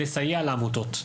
לסייע לעמותות.